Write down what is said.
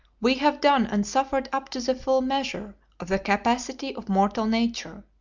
we have done and suffered up to the full measure of the capacity of mortal nature.